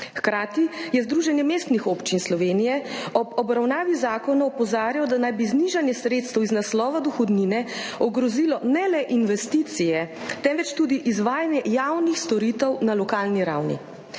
Hkrati je Združenje mestnih občin Slovenije ob obravnavi zakona opozarjal, da naj bi znižanje sredstev iz naslova dohodnine ogrozilo ne le investicije, temveč tudi izvajanje javnih storitev na lokalni ravni.